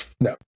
no